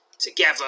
Together